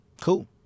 Cool